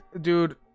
dude